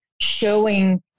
showing